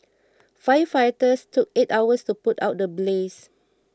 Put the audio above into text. firefighters took eight hours to put out the blaze